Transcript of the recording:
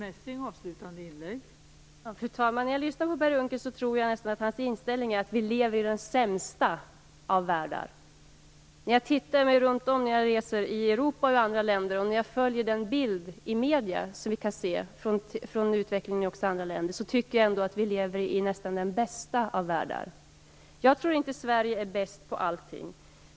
Fru talman! När jag lyssnar på Per Unckel tror jag nästan att hans inställning är att vi lever i den sämsta av världar. När jag tittar mig runtomkring när jag reser i Europa och i andra länder, och när jag följer den bild av utvecklingen i andra länder som vi kan se i medierna, tycker jag ändå att vi lever i nästan den bästa av världar. Jag tror inte att Sverige är bäst på allting.